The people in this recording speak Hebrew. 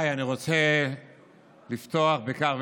הישיבה, הינני מתכבדת להודיעכם,